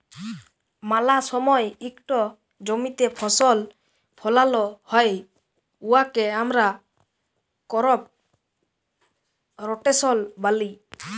ম্যালা সময় ইকট জমিতে ফসল ফলাল হ্যয় উয়াকে আমরা করপ রটেশল ব্যলি